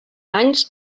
anys